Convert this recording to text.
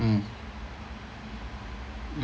mm mm